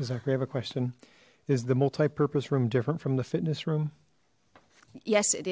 we have a question is the multi purpose room different from the fitness room yes it